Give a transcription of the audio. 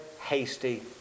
hasty